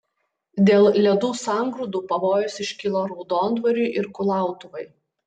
dėl ledų sangrūdų pavojus iškilo raudondvariui ir kulautuvai